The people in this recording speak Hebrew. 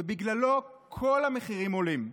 ובגללו כל המחירים עולים.